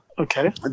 okay